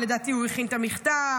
ולדעתי הוא הכין את המכתב.